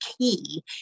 key